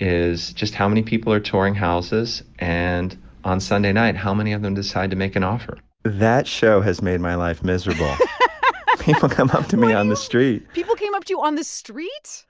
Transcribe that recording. is just how many people are touring houses, and on sunday night, how many of them decide to make an offer that show has made my life miserable people come up me on the street people came up to you on the street?